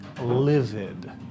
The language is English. livid